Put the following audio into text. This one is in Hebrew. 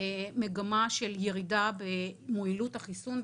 מגמה של ירידה במועילות החיסון.